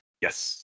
Yes